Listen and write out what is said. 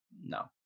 No